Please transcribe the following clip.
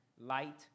Light